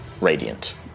radiant